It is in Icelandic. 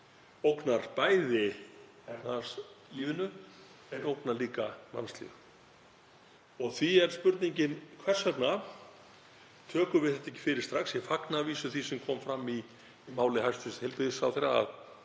Því er spurningin: Hvers vegna tökum við þetta ekki fyrir strax? Ég fagna að vísu því sem kom fram í máli hæstv. heilbrigðisráðherra um